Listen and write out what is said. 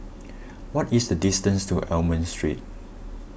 what is the distance to Almond Street